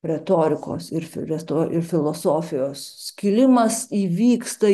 retorikos ir reto ir filosofijos skilimas įvyksta